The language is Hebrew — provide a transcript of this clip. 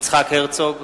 יצחק הרצוג,